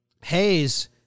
Hayes